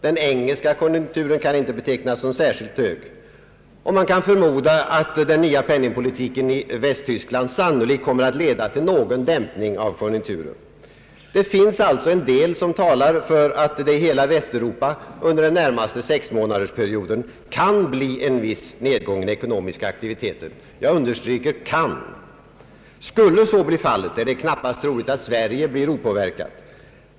Den engelska konjunkturen kan inte betecknas som särskilt hög, och man kan förmoda att den nya penningpolitiken i Västtyskland kommer att leda till någon dämpning av konjunkturen. Det finns alltså en del som talar för att det i hela Västeuropa under den närmaste sexmånadersperioden kan bli en viss nedgång i den ekonomiska aktiviteten. Skulle så bli fallet, är det knappast troligt att Sverige blir opåverkat.